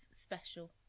special